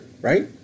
right